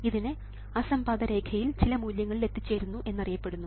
ഇതിനെ അസംപാതരേഖ യിൽ ചില മൂല്യങ്ങളിൽ എത്തിച്ചേരുന്നു എന്നറിയപ്പെടുന്നു